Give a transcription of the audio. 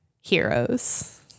heroes